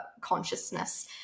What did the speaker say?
consciousness